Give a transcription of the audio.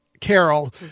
Carol